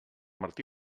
martí